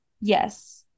Yes